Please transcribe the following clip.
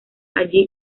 allí